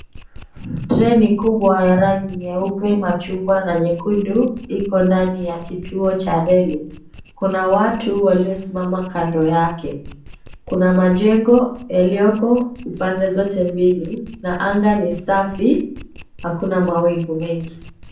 Treni kubwa ya rangi nyeupe, machungwa, na nyekundu iko ndani ya kituo cha reli, kuna watu waliosimama kando yake. Kuna majengo yaliyoko upande zote mbili, na anga ni safi hakuna mawingu mengi.